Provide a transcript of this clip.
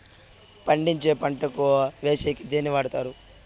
పండించిన పంట తూకం వేసేకి దేన్ని వాడతారు?